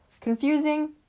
confusing